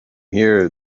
here